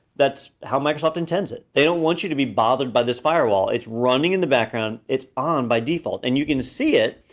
that's how microsoft intents it. they don't want you to be bothered by this firewall. it's running in the background, it's on by default. and you can see it,